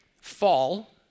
fall